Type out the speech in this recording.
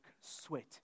sweat